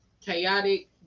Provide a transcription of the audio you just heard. chaotic